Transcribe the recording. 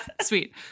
Sweet